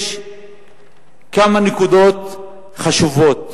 יש כמה נקודות חשובות